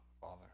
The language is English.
Father